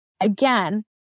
again